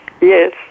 Yes